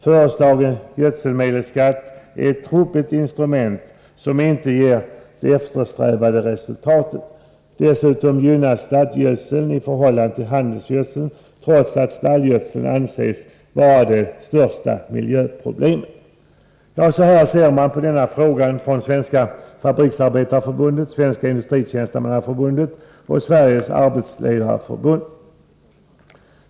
Föreslagen gödselmedelsskatt är ett trubbigt instrument som inte ger de eftersträvade resultaten. ——- Dessutom gynnas stallgödseln i förhållande till handelsgödseln, trots att stallgödseln anses vara det största miljöproblemet ———.” Ja, så här ser man på denna fråga i Svenska fabriksarbetareförbundet, Svenska industritjänstemannaförbundet och Sveriges arbetsledareförbund.